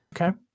Okay